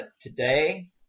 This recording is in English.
today